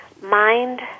mind